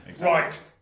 Right